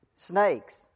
snakes